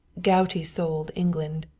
gouty-souled england.